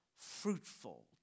fruitful